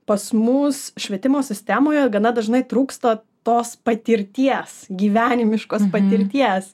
pas mus švietimo sistemoje gana dažnai trūksta tos patirties gyvenimiškos patirties